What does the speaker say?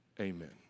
Amen